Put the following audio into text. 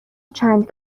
چند